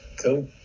Cool